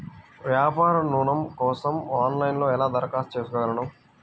వ్యాపార ఋణం కోసం ఆన్లైన్లో ఎలా దరఖాస్తు చేసుకోగలను?